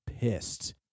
pissed